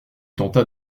tenta